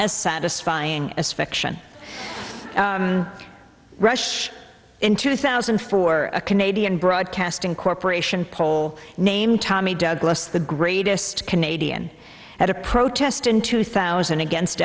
as satisfying as fiction rush in two thousand and four a canadian broadcasting corporation poll named tommy douglas the greatest canadian at a protest in two thousand against